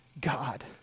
God